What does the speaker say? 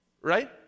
Right